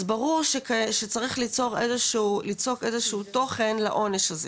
אז ברור שצריך ליצוק איזה שהוא תוכן לעונש הזה.